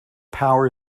power